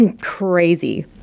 crazy